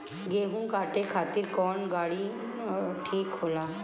गेहूं काटे खातिर कौन गाड़ी ठीक होला?